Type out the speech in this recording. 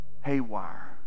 haywire